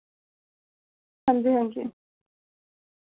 हांजी हांजी